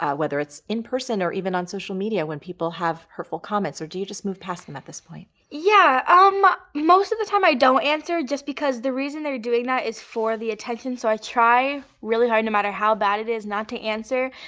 whether it's in person or even on social media when people have hurtful comments, or do you just move past them at this point? yeah ah um most of the time i don't answer, just because the reason they're doing that is for the attention, so i try really hard no matter how bad it is not to answer.